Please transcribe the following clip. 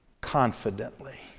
confidently